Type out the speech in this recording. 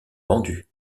vendus